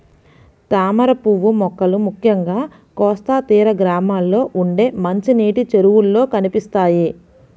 తామరపువ్వు మొక్కలు ముఖ్యంగా కోస్తా తీర గ్రామాల్లో ఉండే మంచినీటి చెరువుల్లో కనిపిస్తాయి